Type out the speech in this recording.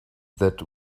that